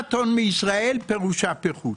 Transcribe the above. בריחת הון מישראל פירושה פיחות.